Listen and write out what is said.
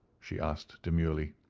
she asked, demurely.